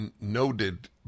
noted